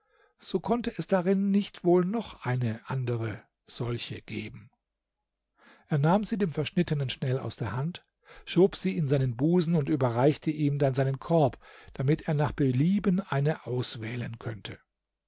so konnte es darin nicht wohl noch eine andere solche geben er nahm sie dem verschnittenem schnell aus der hand schob sie in seinen busen und überreichte ihm dann seinen korb damit er nach belieben eine auswählen könnte